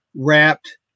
wrapped